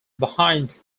behind